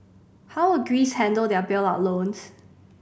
how will Greece handle their bailout loans